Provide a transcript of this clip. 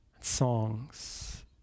songs